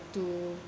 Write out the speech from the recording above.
to